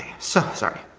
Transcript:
so sorry.